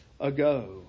ago